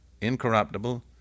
incorruptible